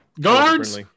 guards